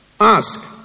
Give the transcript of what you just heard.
Ask